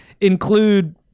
include